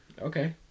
Okay